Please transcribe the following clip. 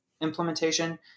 implementation